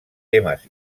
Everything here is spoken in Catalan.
temes